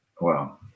Wow